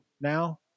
now